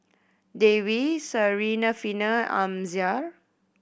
Dwi Syarafina Amsyar